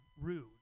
rude